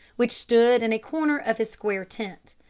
which stood in a corner of his square tent.